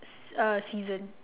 uh season